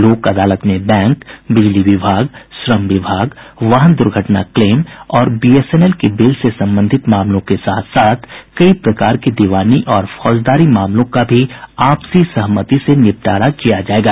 लोक अदालत में बैंक बिजली विभाग श्रम विभाग वाहन दुर्घटना क्लेम और बीएसएनएल के बिल से संबंधित मामलों के साथ साथ कई प्रकार के दीवानी और फौजदारी मामलों का भी आपसी सहमति से निपटारा किया जायेगा